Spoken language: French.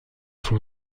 sont